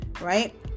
right